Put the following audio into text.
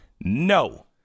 No